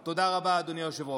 תודה רבה, אדוני היושב-ראש.